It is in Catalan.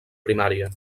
primària